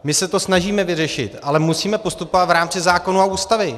My se to snažíme vyřešit, ale musíme postupovat v rámci zákonů a Ústavy.